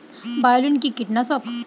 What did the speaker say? বায়োলিন কি কীটনাশক?